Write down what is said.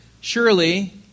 surely